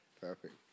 Perfect